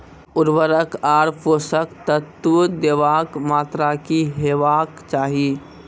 उर्वरक आर पोसक तत्व देवाक मात्राकी हेवाक चाही?